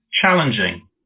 challenging